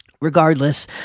regardless